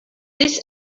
this